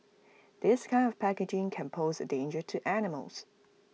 this kind of packaging can pose A danger to animals